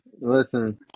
Listen